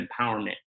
empowerment